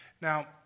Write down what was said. Now